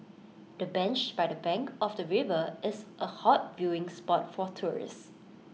the bench by the bank of the river is A hot viewing spot for tourists